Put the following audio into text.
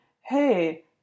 hey